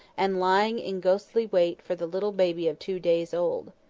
and lying in ghastly wait for the little baby of two days old.